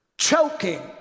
choking